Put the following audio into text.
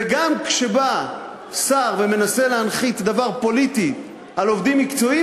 וגם כשבא שר ומנסה להנחית דבר פוליטי על עובדים מקצועיים,